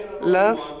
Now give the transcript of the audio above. love